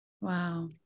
Wow